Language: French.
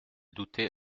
doutait